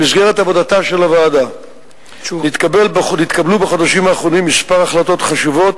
במסגרת עבודתה של הוועדה התקבלו בחודשים האחרונים כמה החלטות חשובות,